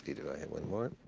do i have one more?